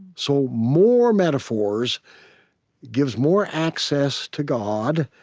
so more metaphors give more access to god.